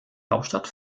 hauptstadt